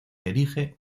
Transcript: erige